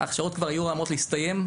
ההכשרות כבר היו אמורות להסתיים,